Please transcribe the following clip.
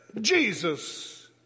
Jesus